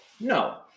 No